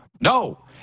no